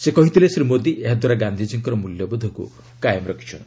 ସେ କହିଥିଲେ ଶ୍ରୀ ମୋଦି ଏହାଦ୍ୱାରା ଗାନ୍ଧିଜୀଙ୍କର ମୂଲ୍ୟବୋଧକୁ କାଏମ ରଖିଛନ୍ତି